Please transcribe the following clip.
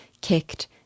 kicked